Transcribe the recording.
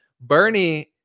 bernie